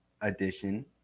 edition